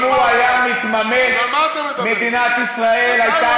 עשו חוק שאם הוא היה מתממש מדינת ישראל הייתה